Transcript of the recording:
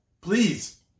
Please